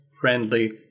friendly